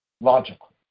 logical